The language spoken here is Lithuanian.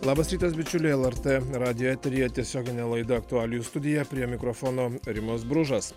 labas rytas bičiuliai lrt radijo eteryje tiesioginė laida aktualijų studija prie mikrofono rimas bružas